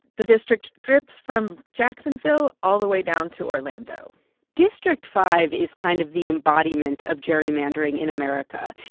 the district drips from jacksonville all the way down to orlando district five is kind of the embodiment of gerrymandering in america.